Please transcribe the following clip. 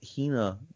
Hina